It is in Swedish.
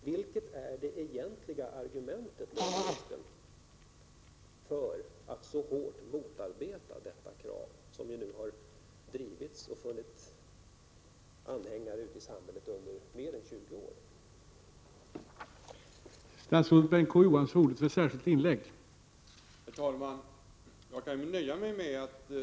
Vilket är det egentliga argumentet, löneministern, för att så hårt motarbeta detta krav, som har drivits och funnit anhängare ute i samhället i mer än 20 år?